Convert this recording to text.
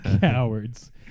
cowards